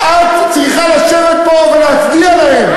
את צריכה לשבת פה ולהצדיע להם,